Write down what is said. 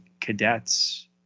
cadets